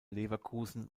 leverkusen